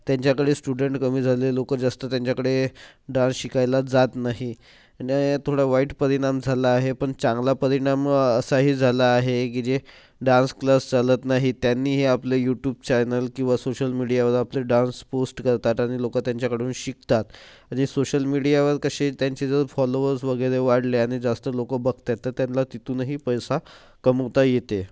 त्यांच्याकडे स्टुडंट कमी झाले लोकं जास्त त्यांच्याकडे डान्स शिकायला जात नाही म्हणजे थोडा वाईट परिणाम झाला आहे पण चांगला परिणाम असाही झाला आहे की जे डान्स क्लास चालत नाहीत त्यांनीही आपले यूट्यूब चॅनल किंवा सोशल मीडियावर आपले डान्स पोस्ट करतात आणि लोकं त्यांच्याकडून शिकतात जे सोशल मीडियावर कसे त्यांचे जर फॉलोअर्स वगैरे वाढले आणि जास्त लोकं बघत आहेत तर त्यांना तिथूनही पैसा कमवता येते